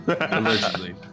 Allegedly